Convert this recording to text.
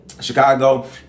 Chicago